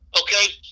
okay